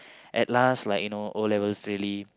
at last like you know O-levels really